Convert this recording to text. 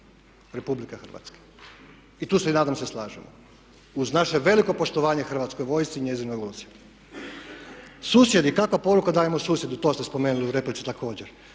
Republike Hrvatske. I tu se nadam se i slažemo. Uz naše veliko poštovanje Hrvatskoj vojsci i njezinoj ulozi. Susjedi, kakvu poruku dajemo susjedu, to ste spomenuli u replici također.